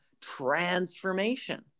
transformation